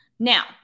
Now